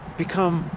become